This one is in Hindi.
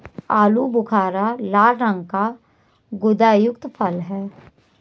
आलू बुखारा लाल रंग का गुदायुक्त फल है